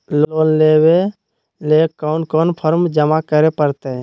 Loan लेवे ले कोन कोन फॉर्म जमा करे परते?